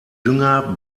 dünger